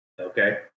okay